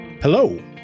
Hello